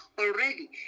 already